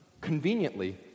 conveniently